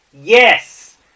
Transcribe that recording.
yes